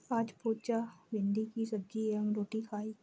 आज पुजा भिंडी की सब्जी एवं रोटी खाई